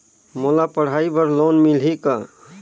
मोला पढ़ाई बर लोन मिलही का?